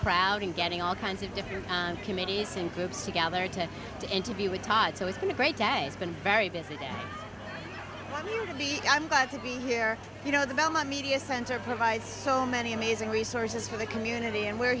crowd and getting all kinds of different committees and groups together to to interview with todd so it's been a great dad he's been very busy i'm glad to be here you know the belmont media center provides so many amazing resources for the community and we're